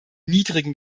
niedrigen